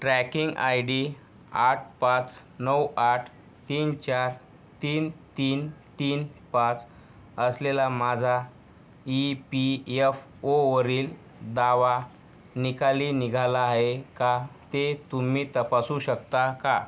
tracking I D आठ पाच नऊ आठ तीन चार तीन तीन तीन पाच असलेला माझा ई पी यफ ओवरील दावा निकाली निघाला आहे का ते तुम्ही तपासू शकता का